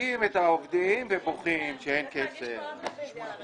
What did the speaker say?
דופקים את העובדים ובוכים שאין כסף.